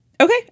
okay